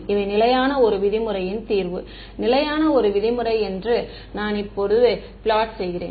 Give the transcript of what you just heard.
இவை நிலையான 1 விதிமுறையின் தீர்வு நிலையான 1 விதிமுறை என்று நான் இப்போது பிளாட் செய்கிறேன்